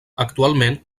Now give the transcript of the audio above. actualment